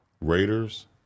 Raiders